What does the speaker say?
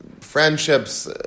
Friendships